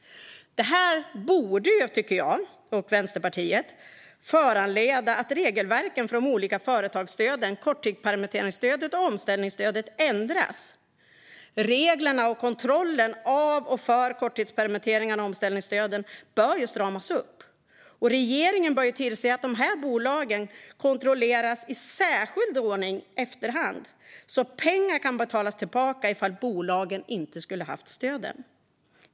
Det här borde, tycker jag och Vänsterpartiet, föranleda att regelverken för de olika företagsstöden - korttidspermitteringsstödet och omställningsstödet - ändras. Reglerna för och kontrollen av korttidspermitteringarna och omställningsstödet bör stramas upp, och regeringen bör se till att de här bolagen kontrolleras i särskild ordning i efterhand så att pengar kan betalas tillbaka ifall bolagen inte skulle ha fått stöden.